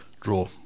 Draw